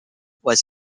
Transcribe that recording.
was